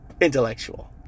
intellectual